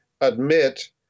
admit